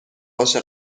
باشه